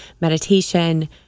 meditation